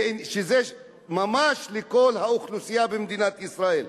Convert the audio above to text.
שזה ממש לכל האוכלוסייה במדינת ישראל.